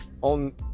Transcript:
on